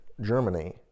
Germany